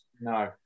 No